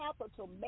capital